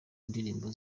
ndirimbo